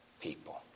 people